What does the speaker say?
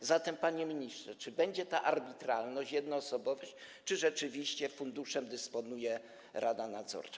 A zatem, panie ministrze, czy będzie ta arbitralność, jednoosobowość, czy rzeczywiście funduszem dysponuje rada nadzorcza?